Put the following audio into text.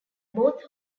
both